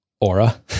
aura